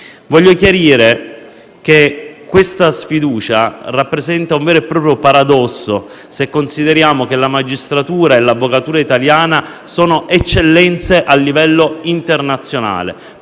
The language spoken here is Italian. Voglio chiarire che questa sfiducia rappresenta un vero e proprio paradosso se consideriamo che la magistratura e l'avvocatura italiana sono eccellenze a livello internazionale.